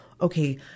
okay